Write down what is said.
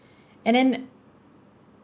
and then